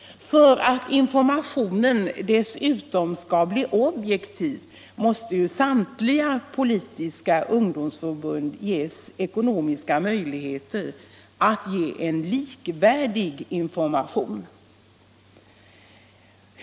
För att informationen dessutom skall bli objektiv måste samtliga politiska ungdomsförbund ges ckonomiska möjligheter att lämna likvärdig information.